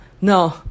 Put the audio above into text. no